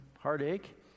heartache